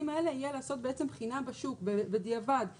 האלה יהיה לעשות בעצם בחינה בשוק בדיעבד -- נכון.